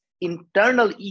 internal